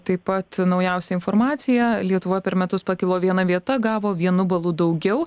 taip pat naujausia informacija lietuva per metus pakilo viena vieta gavo vienu balu daugiau